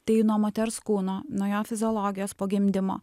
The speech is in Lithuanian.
tai nuo moters kūno nuo jo fiziologijos po gimdymo